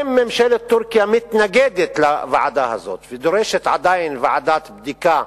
אם ממשלת טורקיה מתנגדת לוועדה הזאת ודורשת עדיין ועדת בדיקה,